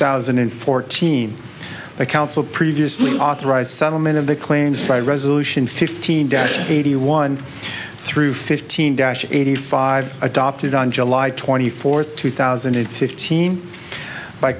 thousand and fourteen the council previously authorized settlement of the claims by resolution fifteen dash eighty one through fifteen dash eighty five adopted on july twenty fourth two thousand and fifteen by